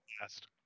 last